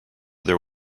there